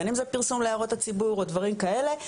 בין אם זה פרסום להערות הציבור או דברים כאלה,